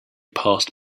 passed